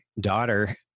daughter